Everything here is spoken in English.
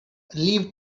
leave